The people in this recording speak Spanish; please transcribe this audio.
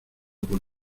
por